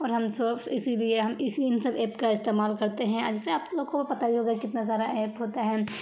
اور ہم سوف اسی لیے ہم اسی ان سب ایپ کا استعمال کرتے ہیں جیسے آپ لوگوں کو پتا ہی ہوگا کتنا سارا ایپ ہوتا ہے